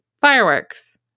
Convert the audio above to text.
fireworks